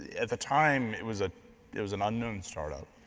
at the time it was ah it was an unknown startup.